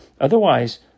otherwise